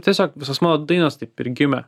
tiesiog visos mano dainos taip ir gimė